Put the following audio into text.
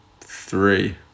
three